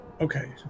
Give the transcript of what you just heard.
Okay